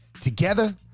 Together